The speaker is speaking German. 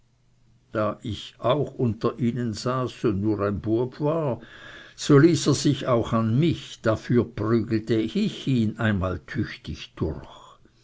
da ich auch unter ihnen saß und nur ein bueb war so ließ er sich auch an mich dafür prügelte ich ihn einmal tüchtig durch